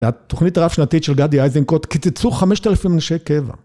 בתוכנית הרב שנתית של גדי אייזנקוט, קיצצו 5,000 נשי קבע.